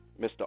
Mr